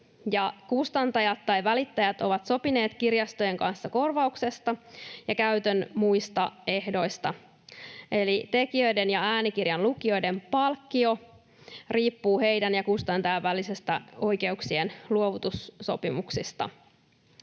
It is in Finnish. Kustantajat tai välittäjät ovat sopineet kirjastojen kanssa korvauksesta ja käytön muista ehdoista, eli tekijöiden ja äänikirjan lukijoiden palkkio riippuu heidän ja kustantajan välisistä oikeuksien luovutussopimuksista.